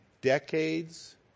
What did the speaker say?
decades